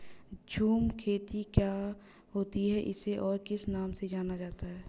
झूम खेती क्या होती है इसे और किस नाम से जाना जाता है?